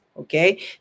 Okay